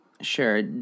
Sure